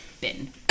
bin